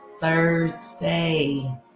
Thursday